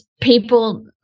people